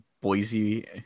Boise